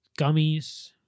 gummies